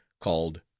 called